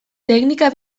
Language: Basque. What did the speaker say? teknika